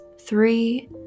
three